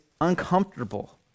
uncomfortable